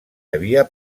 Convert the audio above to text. havia